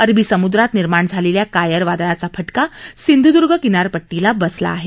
अरबी सम्द्रात निर्माण झालेल्या कयार वादळाचा फटका सिंधुद्दर्ग किनारपट्टीला बसला आहे